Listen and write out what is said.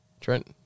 Trent